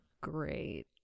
great